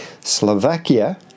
Slovakia